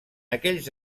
aquells